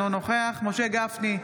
אינו נוכח משה גפני,